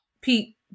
Pete